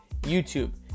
YouTube